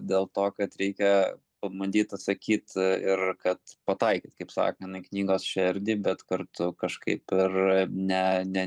dėl to kad reikia pabandyt atsakyt ir kad pataikyt kaip sakant į knygos šerdį bet kartu kažkaip ir ne ne